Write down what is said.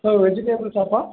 sir vegetable ஷாப்பா